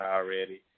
already